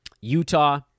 Utah